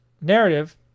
narrative